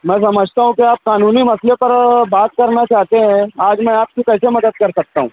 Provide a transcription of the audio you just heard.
میں سمجھتا ہوں کہ آپ قانونی مسئلے پر بات کرنا چاہتے ہیں آج میں آپ کی کیسے مدد کر سکتا ہوں